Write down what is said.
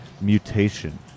mutation